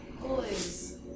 Boys